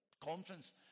conference